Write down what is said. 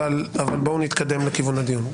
אבל בואו נתקדם לכיוון הדיון.